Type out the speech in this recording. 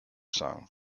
sung